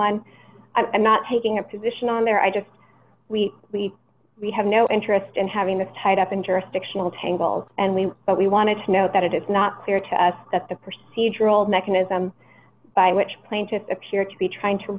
one i'm not taking a position on there i just we we we have no interest in having this tied up in jurisdictional tangles and we but we wanted to note that it is not clear to us that the perceived rule mechanism by which plaintiffs appear to be trying to